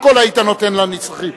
הכול היית נותן לנצרכים,